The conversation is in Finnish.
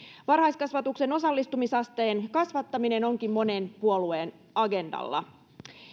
varhaiskasvatuksen osallistumisasteen kasvattaminen onkin monen puolueen agendalla